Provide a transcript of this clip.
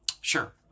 Sure